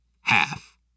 half